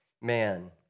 man